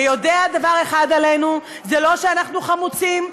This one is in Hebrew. יודע דבר אחד עלינו: זה לא שאנחנו חמוצים,